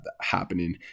happening